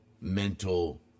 mental